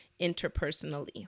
interpersonally